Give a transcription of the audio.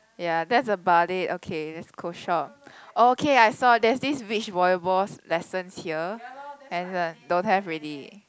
ya that's about it okay let's close shop okay I saw there's this beach volleyballs lesson here and this one don't have already